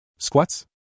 Squats